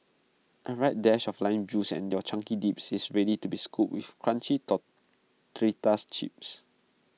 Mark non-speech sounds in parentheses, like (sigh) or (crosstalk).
A right dash of lime juice and your chunky dip is ready to be scooped with crunchy (unintelligible) chips